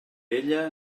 ella